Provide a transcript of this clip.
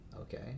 Okay